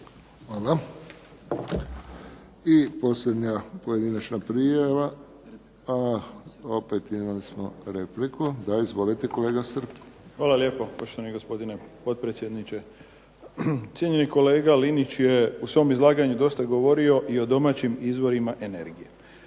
Hvala. I posljednja pojedinačna prijava, a opet imali smo repliku. Da, izvolite kolega Srb. **Srb, Daniel (HSP)** Hvala lijepo poštovani gospodine potpredsjedniče. Cijenjeni kolega Linić je u svom izlaganju dosta govorio i o domaćim izvorima energije,